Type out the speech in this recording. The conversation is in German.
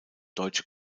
deutsche